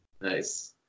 nice